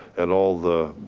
and all the,